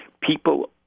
People